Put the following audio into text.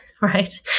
right